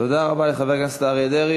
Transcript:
תודה רבה לחבר הכנסת אריה דרעי.